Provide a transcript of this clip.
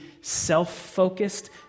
self-focused